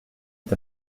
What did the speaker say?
est